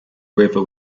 river